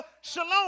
Shalom